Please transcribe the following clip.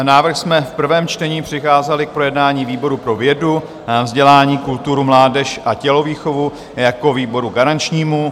Návrh jsme v prvém čtení přikázali k projednání výboru pro vědu, vzdělání, kulturu, mládež a tělovýchovu jako výboru garančnímu.